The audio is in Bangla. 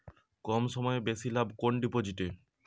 কম সময়ে বেশি লাভ কোন ডিপোজিটে?